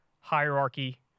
hierarchy